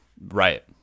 right